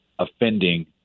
offending